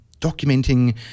documenting